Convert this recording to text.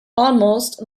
almost